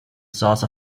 source